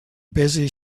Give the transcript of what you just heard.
busy